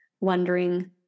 wondering